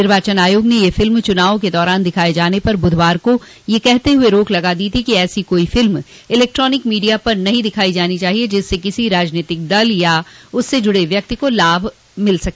निर्वाचन आयोग ने यह फिल्म चुनावों के दौरान दिखाए जाने पर बुधवार को यह कहते हुए रोक लगा दी थी कि ऐसी कोई फिल्म इलेक्ट्रानिक मीडिया पर नहीं दिखाई जानी चाहिए जिससे किसी राजनीतिक दल या उससे जुडे व्यक्ति को लाभ पहुंच सके